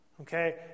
okay